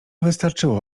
wystarczyło